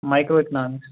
micro economics